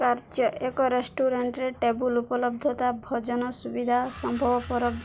କାର୍ଯ୍ୟ ଏକ ରେଷ୍ଟୁରାଣ୍ଟ୍ରେ ଟେବଲ୍ ଉପଲବ୍ଧତା ଭୋଜନ ସୁବିଧା ସମ୍ଭବ ଉପଲବ୍ଧ